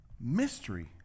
mystery